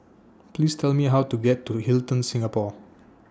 Please Tell Me How to get to Hilton Singapore